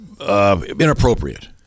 inappropriate